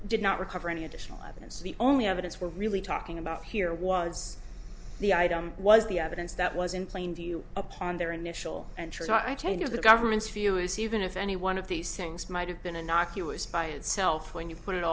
did not recover any additional evidence the only evidence we're really talking about here was the item was the evidence that was in plain view upon their initial and the government's view is even if any one of these things might have been a knock us by itself when you put it